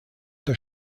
der